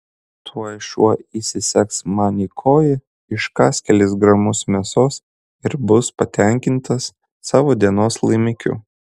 tuoj šuo įsisegs man į koją iškąs kelis gramus mėsos ir bus patenkintas savo dienos laimikiu